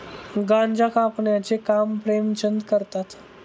गांजा कापण्याचे काम प्रेमचंद करतात